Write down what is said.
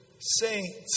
saints